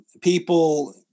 People